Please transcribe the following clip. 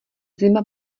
zima